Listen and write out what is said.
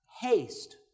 haste